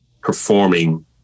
performing